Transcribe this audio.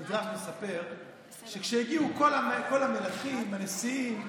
המדרש מספר שכשהגיעו כל המלכים, הנשיאים,